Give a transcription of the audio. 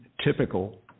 typical